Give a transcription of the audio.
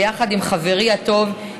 ביחד עם חברי הטוב,